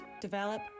Develop